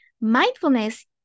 Mindfulness